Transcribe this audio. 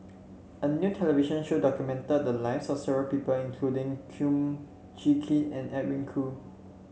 a new television show documented the lives of various people including Kum Chee Kin and Edwin Koo